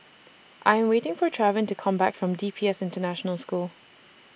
I'm waiting For Trevon to Come Back from D P S International School